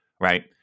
Right